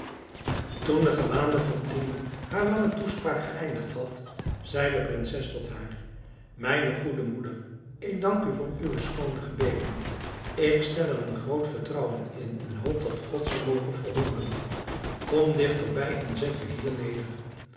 toen de gewaande fatime haar lange toespraak geëindigd had zei de prinses tot haar mijne goede moeder ik dank u voor uwe schoone gebeden ik stel er een groot vertrouwen in en hoop dat god ze moge verhooren kom dichterbij en zet u hier neder